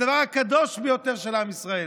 הדבר הקדוש ביותר של עם ישראל.